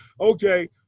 okay